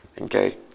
Okay